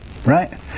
Right